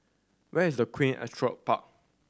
where is Queen Astrid Park